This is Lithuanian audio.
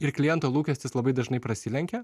ir kliento lūkestis labai dažnai prasilenkia